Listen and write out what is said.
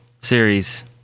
series